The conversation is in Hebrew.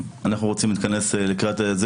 אנחנו רוצים להתכנס לקראת,